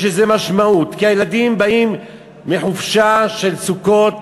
יש לזה משמעות, כי הילדים באים מחופשה של סוכות,